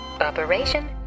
Operation